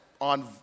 on